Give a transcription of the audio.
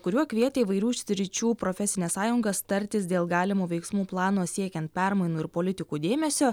kuriuo kvietė įvairių sričių profesines sąjungas tartis dėl galimų veiksmų plano siekiant permainų ir politikų dėmesio